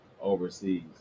overseas